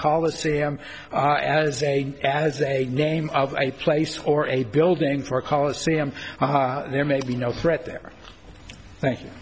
coliseum as a as a name of i place or a building for a coliseum there may be no threat there thank you